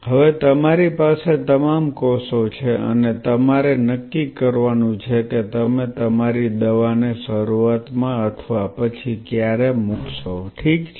હવે તમારી પાસે તમામ કોષો છે અને તમારે નક્કી કરવાનું છે કે તમે તમારી દવાને શરૂઆતમાં અથવા પછી ક્યારે મૂકશો ઠીક છે